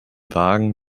wagen